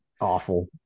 Awful